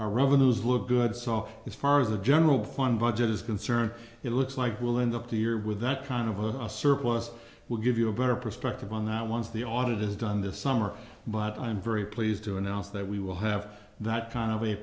revenues look good saw as far as the general fund budget is concerned it looks like we'll end up the year with that kind of a surplus we'll give you a better perspective on that once the audit is done this summer but i'm very pleased to announce that we will have that kind of a